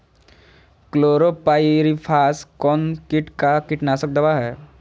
Chlorpyrifos कौन किट का कीटनाशक दवा है?